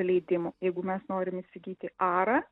leidimų jeigu mes norim įsigyti arą